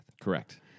Correct